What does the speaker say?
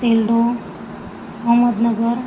Selu Ahmednagar